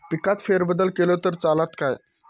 पिकात फेरबदल केलो तर चालत काय?